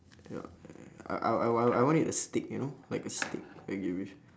ya I I I I want it a steak you know like a steak ok with